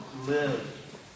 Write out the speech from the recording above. live